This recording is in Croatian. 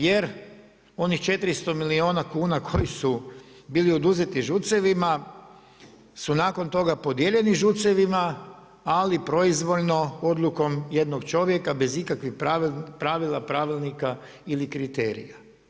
Jer onih 400 milijuna kuna koji su bili oduzeti ŽUC-evima su nakon toga podijeljeni ŽUC-evima ali proizvoljno odlukom jednog čovjeka bez ikakvih pravila, pravilnika ili kriterija.